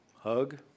Hug